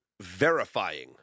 verifying